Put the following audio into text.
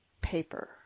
paper